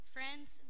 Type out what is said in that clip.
Friends